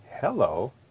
Hello